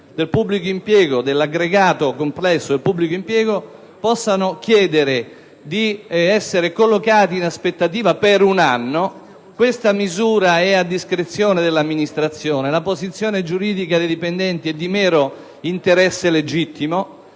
dipendenti statali dell'aggregato complesso del pubblico impiego possano chiedere di essere collocati in aspettativa per un anno. Questa misura è a discrezione dell'amministrazione; la posizione giuridica dei dipendenti è di mero interesse legittimo.